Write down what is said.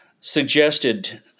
suggested